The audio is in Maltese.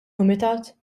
kumitat